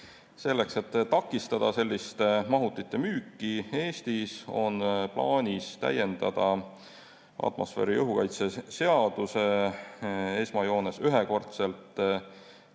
Selleks, et takistada selliste mahutite müüki Eestis, on plaanis täiendada atmosfääriõhu kaitse seaduse esmajoones ühekordselt